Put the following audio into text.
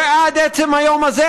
ועד עצם היום הזה,